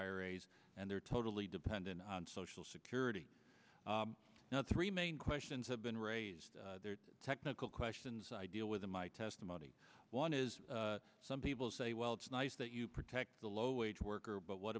iras and they're totally dependent on social security now three main questions have been raised technical questions i deal with in my testimony one is some people say well it's nice that you protect the low wage worker but what